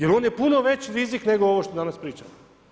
Jel on je puno veći rizik nego ovo što danas pričamo.